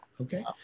Okay